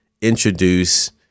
introduce